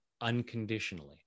Unconditionally